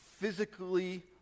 physically